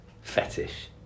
fetish